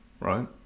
right